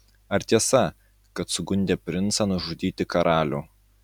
ar tiesa kad sugundė princą nužudyti karalių